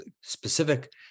specific